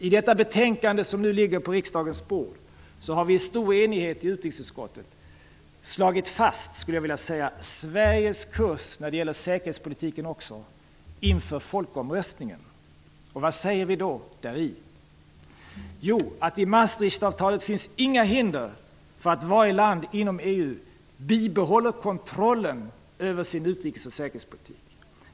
I det betänkande från utrikesutskottet som vi nu behandlar har utskottet i stor enighet slagit fast Sveriges kurs när det gäller säkerhetspolitiken också inför folkomröstningen. Vi framhåller i betänkandet att det i Maastrichtavtalet inte finns några hinder för att varje land inom EU bibehåller kontrollen över sin utrikes och säkerhetspolitik.